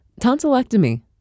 Tonsillectomy